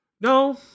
No